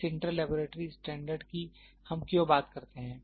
इस inter laboratory standard की हम क्यों बात करते हैं